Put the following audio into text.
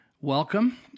Welcome